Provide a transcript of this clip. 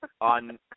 On